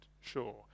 sure